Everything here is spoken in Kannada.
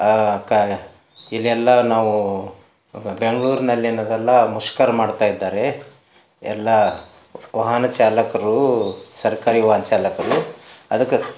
ಕ ಇದೆಲ್ಲ ನಾವು ಬೆಂಗ್ಳೂರಿನಲ್ಲಿ ಅಲ್ಲೆಲ್ಲ ಮುಷ್ಕರ ಮಾಡ್ತಾಯಿದ್ದಾರೆ ಎಲ್ಲ ವಾಹನ ಚಾಲಕರು ಸರ್ಕಾರಿ ವಾಹನ ಚಾಲಕರು ಅದಕ್ಕೆ